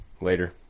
later